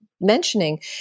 mentioning